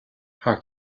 thar